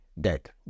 dead